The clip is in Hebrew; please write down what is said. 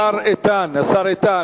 השר איתן.